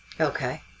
Okay